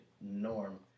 norm